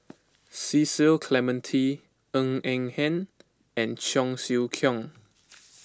Cecil Clementi Ng Eng Hen and Cheong Siew Keong